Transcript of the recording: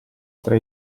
tra